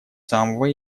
самого